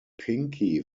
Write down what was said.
pinky